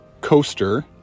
coaster